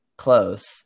close